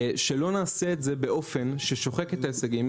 שלא נעשה את זה באופן ששוחק את ההישגים,